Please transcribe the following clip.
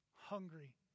hungry